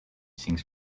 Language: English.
sinks